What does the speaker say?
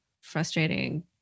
frustrating